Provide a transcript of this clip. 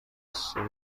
سویا